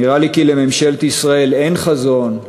נראה לי כי לממשלת ישראל אין חזון,